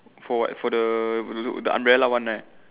for what for the the umbrella one right